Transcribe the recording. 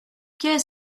qu’est